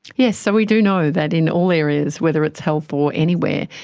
yes, so we do know that in all areas, whether it's health or anywhere,